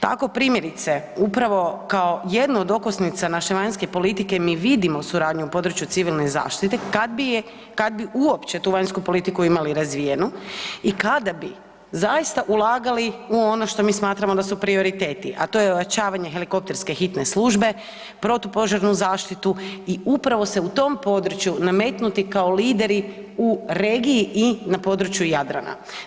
Tako primjerice upravo kao jedna od okosnica naše vanjske politike mi vidimo suradnju u području civilne zaštite kad bi uopće tu vanjsku politiku imali razvijenu i kada bi zaista ulagali u ono što mi smatramo da su prioriteti a to je ojačavanje helikopterske hitne službe, protupožarnu zaštitu i upravo se u tom području nametnuti kao lideri u regiji i na području Jadrana.